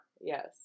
Yes